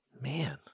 Man